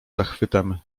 zachwytem